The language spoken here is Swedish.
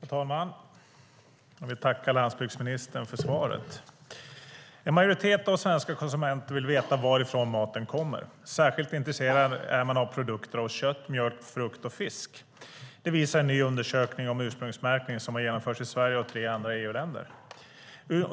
Herr talman! Jag vill tacka landsbygdsministern för svaret. En majoritet av svenska konsumenter vill veta varifrån maten kommer. Särskilt intresserad är man av produkter av kött, mjölk, frukt och fisk. Det visar en ny undersökning om ursprungsmärkning som har genomförts i Sverige och tre andra EU-länder.